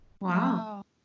Wow